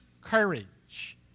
courage